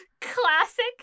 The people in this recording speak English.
Classic